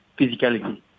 physicality